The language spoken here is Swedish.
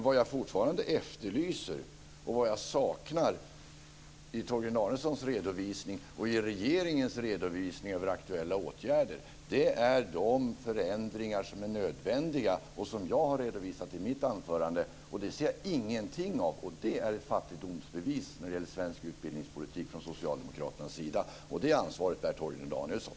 Vad jag fortfarande efterlyser och vad jag saknar i Torgny Danielssons redovisning och i regeringens redovisning över aktuella åtgärder är de förändringar som är nödvändiga och som jag har redovisat. Det ser jag ingenting om. Det är ett fattigdomsbevis när det gäller svensk utbildningspolitik från socialdemokraternas sida. Det ansvaret bär Torgny Danielsson.